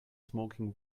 smoking